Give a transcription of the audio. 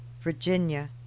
Virginia